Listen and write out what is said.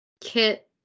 Kit